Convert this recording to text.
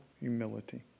humility